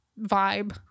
vibe